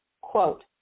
quote